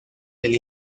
del